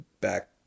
back